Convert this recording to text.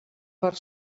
per